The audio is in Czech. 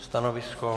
Stanovisko?